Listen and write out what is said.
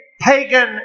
pagan